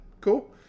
cool